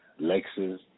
lexus